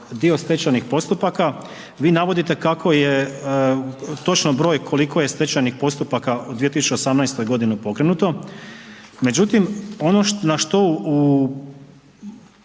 dio stečajnih postupaka vi navodite kako je točno broj koliko je stečajnih postupaka u 2018.g. pokrenuto, međutim ono na što,